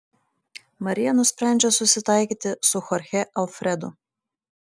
marija nusprendžia susitaikyti su chorche alfredu